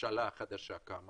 כשהממשלה החדשה קמה